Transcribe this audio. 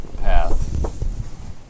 path